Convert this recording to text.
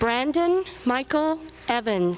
brandon michael evan